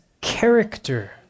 character